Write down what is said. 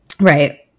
Right